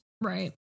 Right